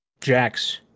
Jax